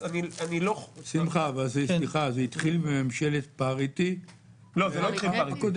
שמחה, סליחה, זה התחיל בממשלת הפריטטי הקודמת?